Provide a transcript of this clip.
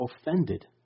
offended